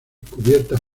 cubiertas